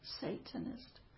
satanist